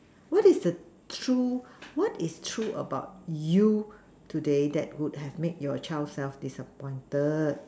what is the true what is true about you today that would have made your child self disappointed